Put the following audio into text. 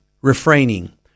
refraining